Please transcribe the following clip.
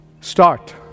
Start